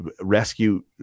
rescue